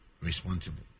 responsible